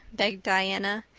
begged diana.